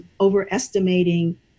overestimating